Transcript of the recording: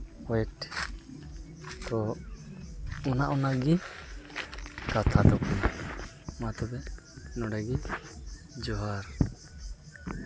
ᱚᱭᱮᱴ ᱛᱚ ᱚᱱᱮ ᱚᱱᱟᱜᱮ ᱠᱟᱛᱷᱟ ᱫᱚ ᱢᱟ ᱛᱚᱵᱮ ᱱᱚᱰᱮ ᱜᱮ ᱡᱚᱦᱟᱨ